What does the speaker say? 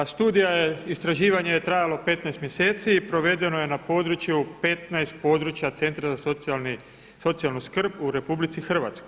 Studija je, istraživanje je trajalo 15 mjeseci i provedeno je na području 15 područja centra za socijalnu skrb u RH.